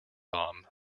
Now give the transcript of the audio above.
bomb